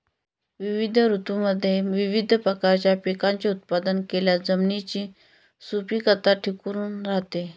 विविध ऋतूंमध्ये विविध प्रकारच्या पिकांचे उत्पादन केल्यास जमिनीची सुपीकता टिकून राहते